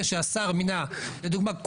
לדוגמה,